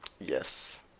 Yes